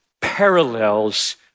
parallels